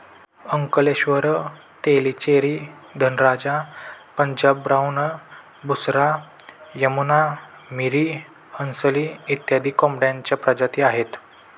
Ankleshwar, Tellicherry, Dhanraja, Punjab brown, Busra, Yamuna, Miri, Hansli इत्यादी कोंबड्यांच्या प्रजाती आहेत